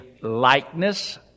likeness